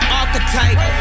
archetype